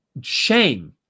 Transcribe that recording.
shame